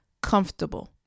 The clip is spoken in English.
comfortable